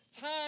time